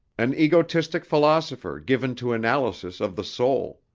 an egotistic philosopher given to analysis of the soul,